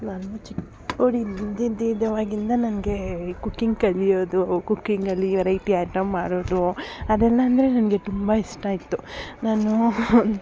ನಾನು ಚಿಕ್ಕವ್ಳಿದ್ದಿದ್ದಿದ್ದಾವಾಗಿಂದ ನನಗೆ ಕುಕಿಂಗ್ ಕಲಿಯೋದು ಕುಕಿಂಗಲ್ಲಿ ವೈರೈಟಿ ಐಟಮ್ ಮಾಡೋದು ಅದೆಲ್ಲ ಅಂದರೆ ನನಗೆ ತುಂಬ ಇಷ್ಟ ಇತ್ತು ನಾನು